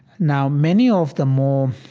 now many of the more